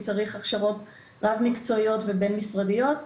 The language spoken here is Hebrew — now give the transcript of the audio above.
צריך הכשרות רב מקצועיות ובין משרדיות.